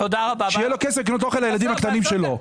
שיהיה לו כסף לקנות אוכל לילדים הקטנים שלו.